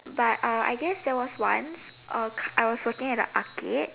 but uh I guess there was once uh I was working at the arcade